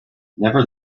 never